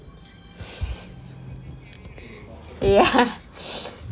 ya